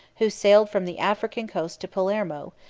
who sailed from the african coast to palermo,